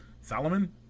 Solomon